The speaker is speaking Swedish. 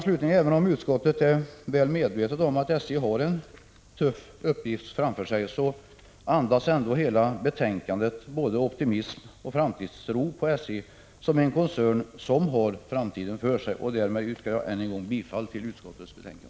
Slutligen: Även om utskottet är väl medvetet om att SJ har en tuff uppgift framför sig, andas ändå hela betänkandet både optimism och tro på SJ som en koncern som har en framtid. Därmed yrkar jag än en gång bifall till utskottets hemställan.